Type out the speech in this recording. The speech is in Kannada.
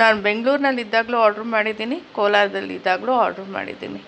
ನಾನು ಬೆಂಗ್ಳೂರಿನಲ್ಲಿದ್ದಾಗಲೂ ಆರ್ಡ್ರು ಮಾಡಿದ್ದೀನಿ ಕೋಲಾರದಲ್ಲಿದ್ದಾಗಲೂ ಆರ್ಡ್ರು ಮಾಡಿದ್ದೀನಿ